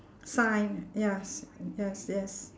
sign ya s~ yes yes